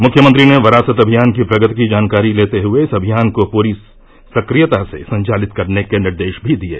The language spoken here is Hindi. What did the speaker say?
मुख्यमंत्री ने वरासत अभियान की प्रगति की जानकारी लेते हुए इस अभियान को पूरी सक्रियता से संचालित करने के निर्देश भी दिये